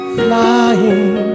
flying